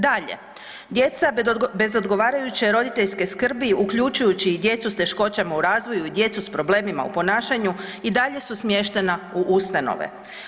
Dalje, djeca bez odgovarajuće roditeljske skrbi, uključujući i djecu s teškoćama u razvoju i djecu s problemima u ponašanju, i dalje su smještena u ustanove.